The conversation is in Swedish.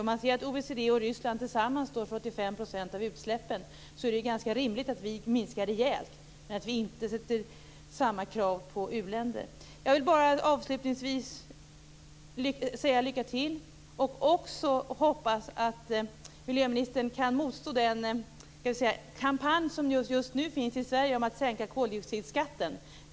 Om man ser att OECD och Ryssland tillsammans står för 85 % av utsläppen, så är det ju ganska rimligt att vi minskar rejält, men att vi inte ställer samma krav på uländer. Jag vill bara avslutningsvis säga lycka till. Jag hoppas också att miljöministern kan motstå den kampanj som just nu pågår i Sverige om att sänka koldioxidskatten.